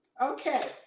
Okay